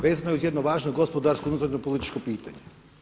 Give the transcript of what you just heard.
Vezano je uz jedno važno gospodarsko unutarnje političko pitanje.